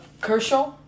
Kershaw